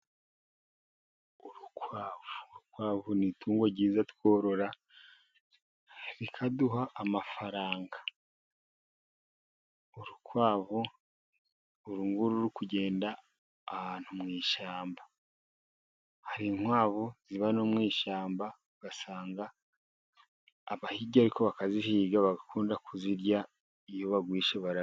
Urukwavu ni itungo ryiza tworora, rikaduha amafaranga. Urukwavu uru nguru ruri kugenda ahantu mu ishyamba. Hari inkwavu ziba no mu ishyamba, ugasanga abahigi, ariko bakazihiga bagakunda kuzirya. Iyo barwishe, bararurya.